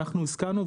אנחנו הסכמנו,